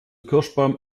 kirschbaum